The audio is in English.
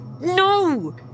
No